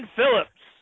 Phillips